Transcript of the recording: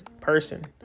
Person